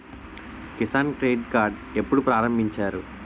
Kisan credit card ఎప్పుడు ప్రారంభించారు?